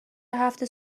هفت